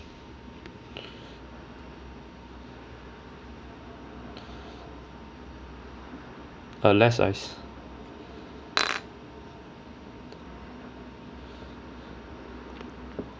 uh less ice